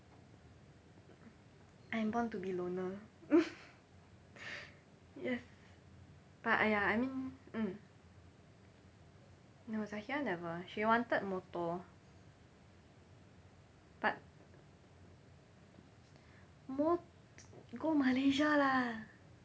I'm born to be loner yes but !aiya! I mean mm no zahirah never she wanted motor but mot~ go Malaysia lah